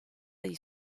dei